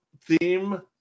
theme